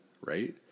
right